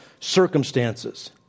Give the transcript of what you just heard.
circumstances